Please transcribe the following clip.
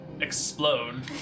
explode